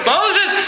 Moses